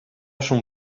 son